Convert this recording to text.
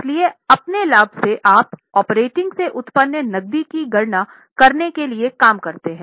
इसीलिए अपने लाभ से आप ऑपरेटिंग से उत्पन्न नक़दी की गणना करने के लिए काम करते हैं